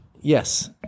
Yes